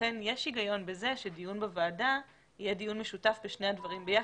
לכן יש היגיון בזה שדיון בוועדה יהיה דיון משותף בשני הדברים ביחד.